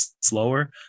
slower